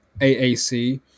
AAC